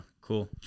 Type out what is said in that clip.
Cool